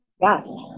yes